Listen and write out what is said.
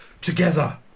Together